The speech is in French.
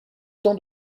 temps